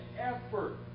effort